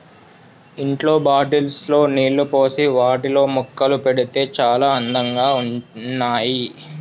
ఇంట్లో బాటిల్స్ లో నీళ్లు పోసి వాటిలో మొక్కలు పెడితే చాల అందంగా ఉన్నాయి